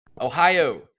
Ohio